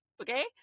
okay